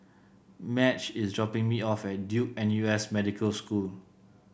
Madge is dropping me off at Duke N U S Medical School